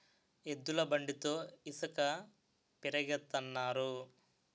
ఎద్దుల బండితో ఇసక పెరగతన్నారు